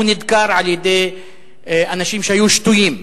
הוא נדקר על-ידי אנשים שהיו שתויים.